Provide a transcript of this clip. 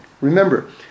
Remember